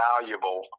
valuable